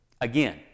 Again